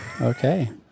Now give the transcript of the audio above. Okay